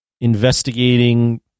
investigating